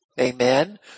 Amen